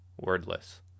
wordless